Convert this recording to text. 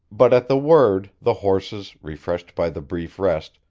but at the word the horses, refreshed by the brief rest,